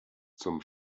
zum